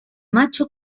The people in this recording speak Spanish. macho